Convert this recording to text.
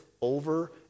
over